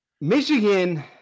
Michigan